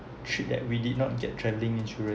should that we did not get travelling insurance